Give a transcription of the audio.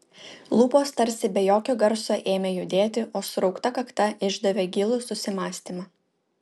lūpos tarsi be jokio garso ėmė judėti o suraukta kakta išdavė gilų susimąstymą